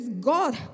God